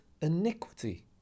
iniquity